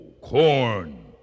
corn